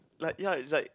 like ya is like